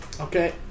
Okay